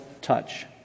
touch